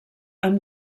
amb